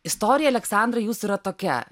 istorija aleksandrai jūsų yra tokia